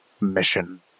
mission